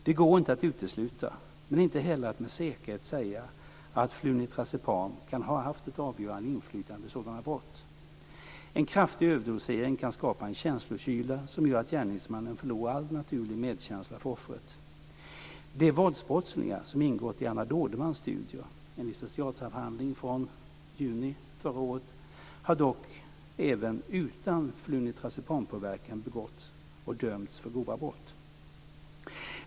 Det går inte att utesluta, men inte heller att med säkerhet säga, att flunitrazepam kan ha haft avgörande inflytande vid sådana brott. En kraftig överdosering kan skapa en känslokyla som gör att gärningsmannen förlorar all naturlig medkänsla för offret. De våldsbrottslingar som ingått i Anna Dådermans studie, en licenciatsavhandling från juni 2000, har dock även utan flunitrazepampåverkan begått och dömts för grova brott.